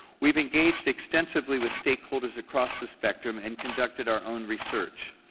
we have engaged extensively with stakeholders across the spectrum and conducted our own research,